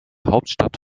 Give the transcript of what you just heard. hauptstadt